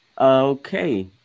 Okay